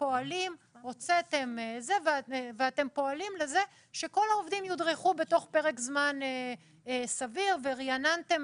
פועלים לזה שכל העובדים יודרכו בתוך פרק זמן סביר ורעננתם